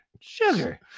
sugar